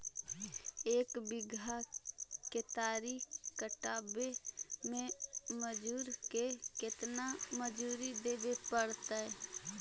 एक बिघा केतारी कटबाबे में मजुर के केतना मजुरि देबे पड़तै?